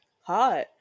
hot